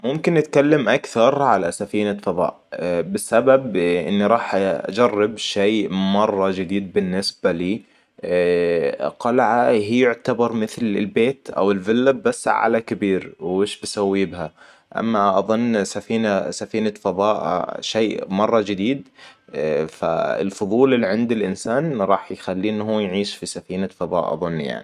ممكن نتكلم أكثر علي سفينه فضاء بسبب إني راح أجرب شي مره جديد بالنسبه لي, القلعه هي يعتبر مثل البيت او الفله بس علي كبير وش بسوي لها؟ اما أظن سفينه فضاء شئ مره جديد. فالفضول عند الانسان راح يخليه يعيش في سفينه فضاء أظن يعني